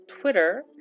Twitter